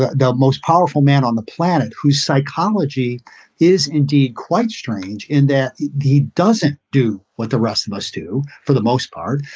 the the most powerful man on the planet whose psychology is indeed quite strange in that he doesn't do what the rest of us do for the most part.